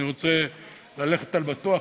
אני רוצה ללכת על בטוח,